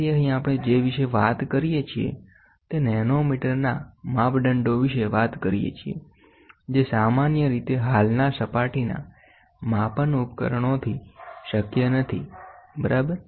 તેથી અહીં આપણે જે વિશે વાત કરીએ છીએ તે નેનોમીટરના માપદંડો વિશે વાત કરીએ છીએ જે સામાન્ય રીતે હાલના સપાટીના માપન ઉપકરણોથી શક્ય નથી બરાબર